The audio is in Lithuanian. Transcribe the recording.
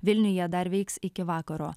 vilniuje dar veiks iki vakaro